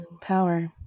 power